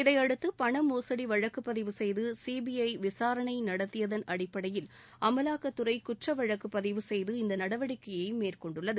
இதையடுத்து பணமோசடி வழக்குப்பதிவு செய்து சிபிஐ விசாரணை நடத்தியதன் அடிப்படையில் அமலாக்கத்துறை குற்றவழக்கு பதிவு செய்து இந்த நடவடிக்கையை மேற்கொண்டுள்ளது